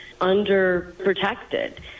under-protected